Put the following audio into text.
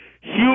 huge